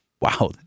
wow—